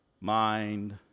mind